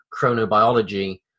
chronobiology